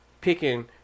picking